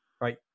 right